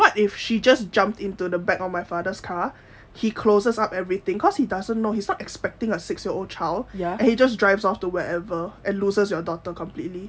ya what if she just jumped into the back on my father's car he closes up everything cause he doesn't know he's not expecting a six year old child and he just drives off to wherever and loses your daughter completely